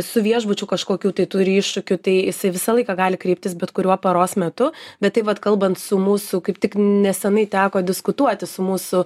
su viešbučiu kažkokių tai turi iššūkių tai jisai visą laiką gali kreiptis bet kuriuo paros metu bet tai vat kalbant su mūsų kaip tik nesenai teko diskutuoti su mūsų